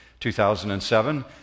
2007